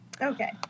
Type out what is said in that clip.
okay